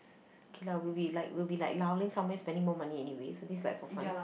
okay lah we will be like we will be like somewhere spending more money anyway so this is like for fun